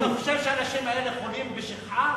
אתה חושב שהאנשים האלה חולים בשכחה?